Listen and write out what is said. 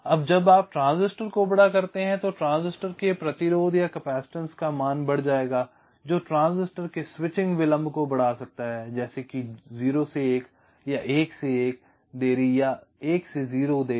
अब जब आप ट्रांजिस्टर को बड़ा करते हैं तो ट्रांजिस्टर के प्रतिरोध या कैपेसिटेंस का मान बढ़ जाएगा जो ट्रांजिस्टर के स्विचिंग विलंब को बढ़ा सकता है जैसे कि 0 से 1 या 1 से 1 देरी या 1 से 0 देरी